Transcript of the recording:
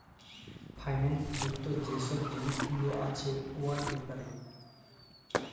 ফাইল্যাল্স যুক্ত যে ছব জিলিস গুলা আছে উয়ার ব্যাপারে